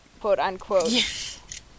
quote-unquote